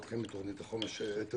שלוקחים את תוכנית פיתוח